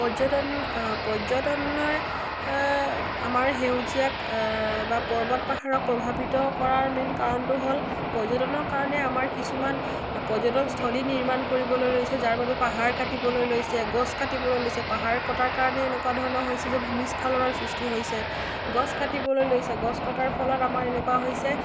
পৰ্যটন পৰ্যটনে আমাৰ সেউজীয়াক বা পৰ্বত পাহাৰক প্ৰভাৱিত কৰাৰ মেইন কাৰণটো হ'ল পৰ্যটনৰ কাৰণে আমাৰ কিছুমান পৰ্যটনস্থলী নিৰ্মাণ কৰিবলৈ লৈছে যাৰ বাবে পাহাৰ কাটিবলৈ লৈছে গছ কাটিবলৈ লৈছে পাহাৰ কটাৰ কাৰণে এনেকুৱা ধৰণৰ হৈছে যে ভূমিস্খলৰ সৃষ্টি হৈছে গছ কাটিবলৈ লৈছে গছ কটাৰ ফলত আমাৰ এনেকুৱা হৈছে